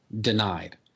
denied